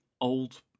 old